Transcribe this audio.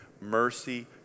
mercy